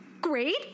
Great